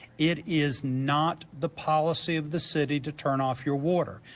it is not the policy of the city to turn off your water.